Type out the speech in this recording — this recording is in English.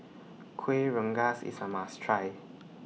Kueh Rengas IS A must Try